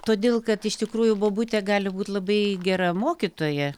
todėl kad iš tikrųjų bobutė gali būt labai gera mokytoja